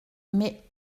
mais